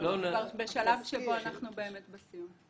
בשלב שבו אנחנו באמת בסיום.